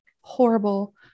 horrible